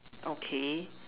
okay